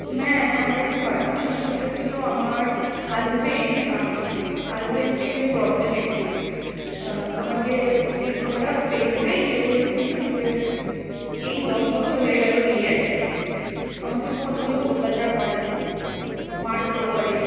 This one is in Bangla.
ম্যাম আমার একটু পার্সোনাল সমস্যা ছিল আমার হাজব্যান্ড হাজব্যান্ডকে নিয়ে প্রবলেম একটু আমাকে পোতি আমরা প্রেম করেই বিয়ে করেছি আমাদের এই দশ বছর হয়ে গেল বিয়ের আমাকে প্রচন্ড অত্যাচার করে মারধোর করে